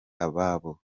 ababo